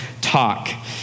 talk